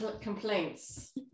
complaints